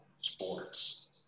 sports